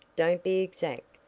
don't be exact.